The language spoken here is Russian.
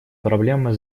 проблема